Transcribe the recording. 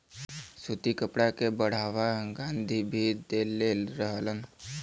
सूती कपड़ा के बढ़ावा गाँधी भी देले रहलन